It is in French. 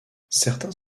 certains